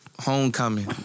Homecoming